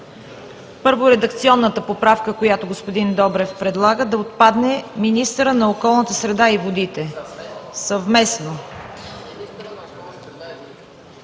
Първо, редакционната поправка, която господин Добрев предлага – да отпадне „министърът на околната среда и водите съвместно“.